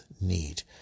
need